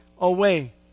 away